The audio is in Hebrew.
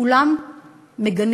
כולם מגנים